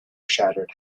shattered